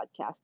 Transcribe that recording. podcast